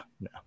no